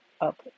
up